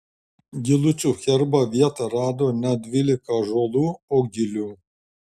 gilučių herbe vietą rado ne dvylika ąžuolų o gilių